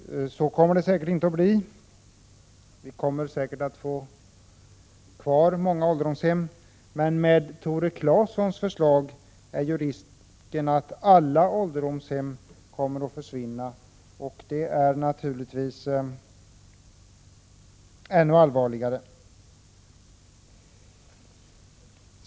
Det kommer säkert inte att bli så. Vi kommer säkert att ha kvar många ålderdomshem. Med Tore Claesons förslag är risken att alla ålderdomshem kommer att försvinna, och det är naturligtvis ännu allvarligare.